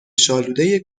شالودهی